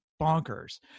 bonkers